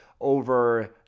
over